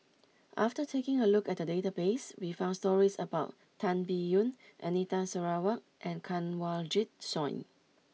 after taking a look at the database we found stories about Tan Biyun Anita Sarawak and Kanwaljit Soin